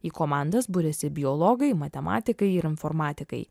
į komandas buriasi biologai matematikai ir informatikai